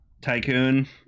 Tycoon